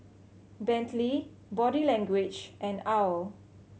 Bentley Body Language and owl